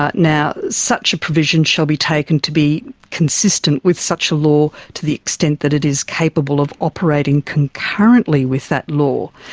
ah such a provision shall be taken to be consistent with such a law to the extent that it is capable of operating concurrently with that law.